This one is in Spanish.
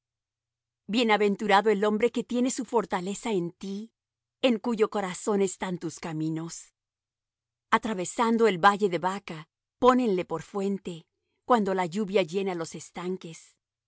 bienaventurado el hombre que tiene su fortaleza en ti en cuyo corazón están tus caminos atravesando el valle de baca pónenle por fuente cuando la lluvia llena los estanques